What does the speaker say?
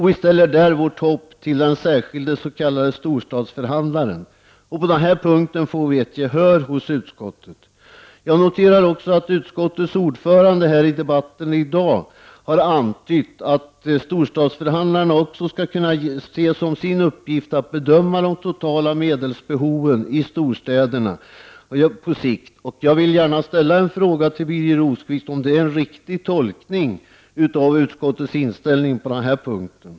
Vi ställer där vårt hopp till de särskilda s.k. storstadsförhandlarna. På den punkten får vi gehör från utskottet. Jag noterar också att utskottets ordförande här i debatten i dag har antytt att storstadsförhandlarna även skall kunna se som sin uppgift att bedöma de totala medelsbehoven i storstäderna på sikt. Jag vill gärna fråga Birger Rosqvist om det är en riktig tolkning av utskottets inställning på den här punkten.